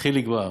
חיליק בר,